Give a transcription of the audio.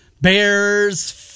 Bears